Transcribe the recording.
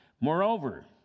Moreover